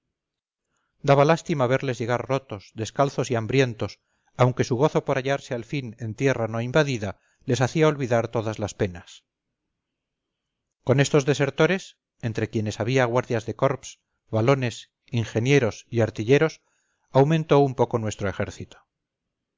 daba lástima verles llegar rotos descalzos y hambrientos aunque su gozo por hallarse al fin en tierra no invadida les hacía olvidar todas las penas con estos desertores entre quienes había guardias de corps walones ingenieros y artilleros aumentó un poco nuestro ejército